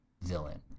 villain